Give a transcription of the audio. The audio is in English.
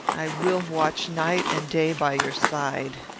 i will watch night and day by your side.